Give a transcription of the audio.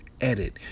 edit